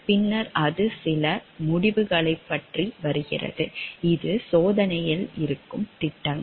பின்னர் அது சில முடிவுகளை பற்றி வருகிறது இது சோதனையில் இருக்கும் திட்டங்கள்